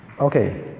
Okay